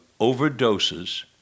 overdoses